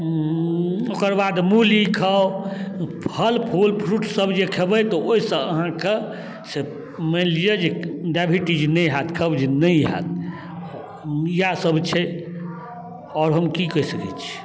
ओकर बाद मूली खाउ फल फूल फ्रूटसब जे खेबै तऽ ओहिसँ अहाँके से मानि लिअऽ जे डायविटीज नहि हैत कब्ज नहि हैत इएहसब छै आओर हम कि कहि सकै छी